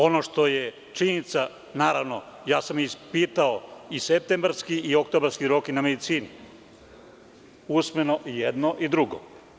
Ono što je činjenica, naravno, ja sam ispitao i septembarski i oktobarski rok i na medicini, usmeno i jedno i drugo.